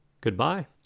Goodbye